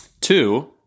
two